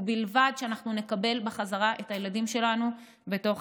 ובלבד שאנחנו נקבל בחזרה את הילדים שלנו בתוך